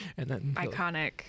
iconic